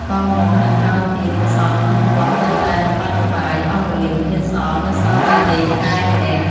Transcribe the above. តមកខាងក្រោយទៀត លោកសង្ឃក្នុងវត្តចេះតែរប៉ាត់រប៉ាយ អស់រលីងគ្មានសល់ នៅសល់តែយាយកែម្នាក់ ។